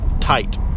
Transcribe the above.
tight